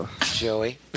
Joey